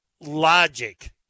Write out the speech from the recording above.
logic